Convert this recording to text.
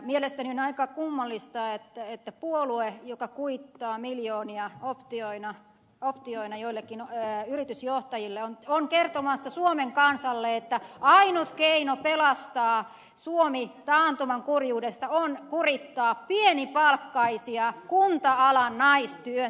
mielestäni on aika kummallista että puolue joka kuittaa miljoonia optioina joillekin yritysjohtajille on kertomassa suomen kansalle että ainut keino pelastaa suomi taantuman kurjuudesta on kurittaa pienipalkkaisia kunta alan naistyöntekijöitä